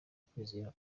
kwizera